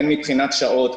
הן מבחינת שעות,